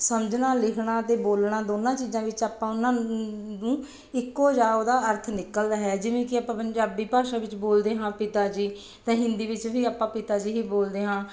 ਸਮਝਣਾ ਲਿਖਣਾ ਅਤੇ ਬੋਲਣਾ ਦੋਨਾਂ ਚੀਜ਼ਾਂ ਵਿੱਚ ਆਪਾਂ ਉਹਨਾਂ ਨੂੰ ਇੱਕੋ ਜਿਹਾ ਉਹਦਾ ਅਰਥ ਨਿਕਲਦਾ ਹੈ ਜਿਵੇਂ ਕਿ ਆਪਾਂ ਪੰਜਾਬੀ ਭਾਸ਼ਾ ਵਿੱਚ ਬੋਲਦੇ ਹਾਂ ਪਿਤਾ ਜੀ ਤਾਂ ਹਿੰਦੀ ਵਿੱਚ ਵੀ ਆਪਾਂ ਪਿਤਾ ਜੀ ਹੀ ਬੋਲਦੇ ਹਾਂ